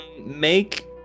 Make